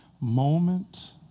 moment